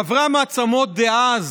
חברי המעצמות דאז,